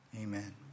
amen